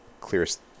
clearest